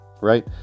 right